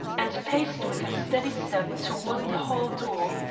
and paced with a steady step toward the hall door,